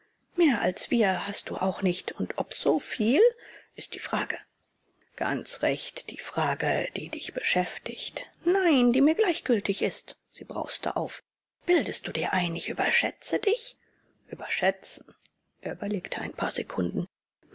mehr als wir hast du auch nicht und ob so viel ist die frage ganz recht die frage die dich beschäftigt nein die mir gleichgültig ist sie brauste auf bildest du dir ein ich überschätze dich überschätzen er überlegte ein paar sekunden